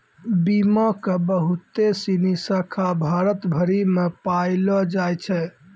बीमा के बहुते सिनी शाखा भारत भरि मे पायलो जाय छै